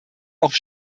auch